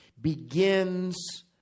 begins